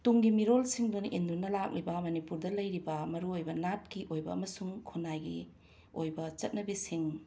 ꯇꯨꯡꯒꯤ ꯃꯤꯔꯣꯜꯁꯤꯡꯗꯨꯅ ꯏꯟꯗꯨꯅ ꯂꯥꯛꯂꯤꯕ ꯃꯅꯤꯄꯨꯔꯗ ꯂꯩꯔꯤꯕ ꯃꯔꯨꯑꯣꯏꯕ ꯅꯥꯠꯀꯤ ꯑꯣꯏꯕ ꯑꯃꯁꯨꯡ ꯈꯨꯅꯥꯏꯒꯤ ꯑꯣꯏꯕ ꯆꯠꯅꯕꯤꯁꯤꯡ